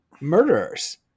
murderers